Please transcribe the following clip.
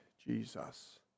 Jesus